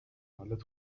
حالت